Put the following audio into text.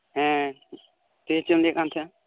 ᱦᱮᱸ ᱪᱮᱫ ᱪᱚ ᱞᱟᱹᱭᱮᱫ ᱠᱟᱱ ᱛᱟᱦᱮᱸᱫᱼᱟ